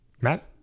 matt